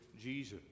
Jesus